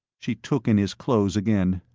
she took in his clothes again.